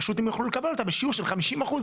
פשוט הם יוכלו לקבל אותה בשיעור של 50 אחוז,